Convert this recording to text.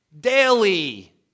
daily